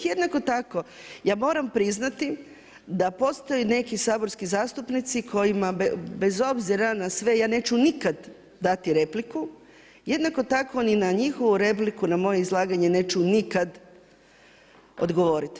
Jednako tako ja moram priznati da postoje neki saborski zastupnici kojima bez obzira na sve, ja neću nikad dati repliku, jednako tako ni na njihovu repliku na moje izlaganje neću nikad odgovoriti.